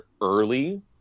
early